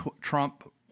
Trump